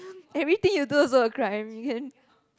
everything you do also a crime